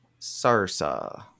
Sarsa